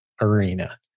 arena